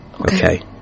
Okay